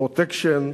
"פרוטקשן",